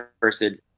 person